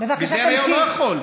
אני לא יכול.